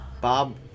Bob